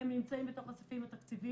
הם נמצאים בתוך הסעיפים התקציביים,